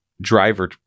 driver